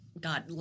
God